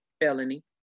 felony